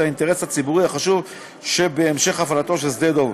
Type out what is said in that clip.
האינטרס הציבורי החשוב שבהמשך הפעלתו של שדה-דב.